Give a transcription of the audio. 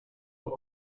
were